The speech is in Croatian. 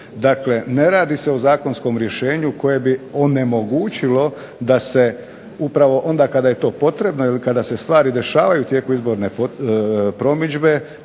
Dakle, ne radi se o zakonskom rješenju koje bi onemogućilo da se upravo onda kada je to potrebno ili kada se stvari dešavaju u tijeku izborne promidžbe